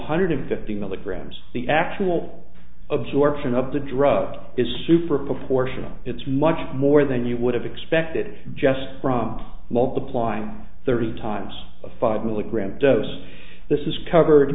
hundred fifty milligrams the actual absorption of the drug is super proportional it's much more than you would have expected just from multiplying thirty times a five milligram dose this is covered